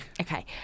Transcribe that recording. okay